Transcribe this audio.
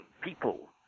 people